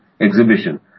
exhibition